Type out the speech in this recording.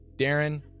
Darren